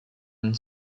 and